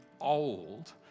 old